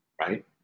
right